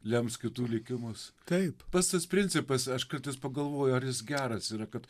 lems kitų likimus taip pats tas principas aš kartais pagalvoju ar jis geras yra kad